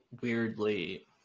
weirdly